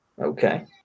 Okay